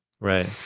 Right